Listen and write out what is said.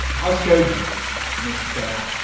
i'll show you mr.